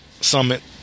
Summit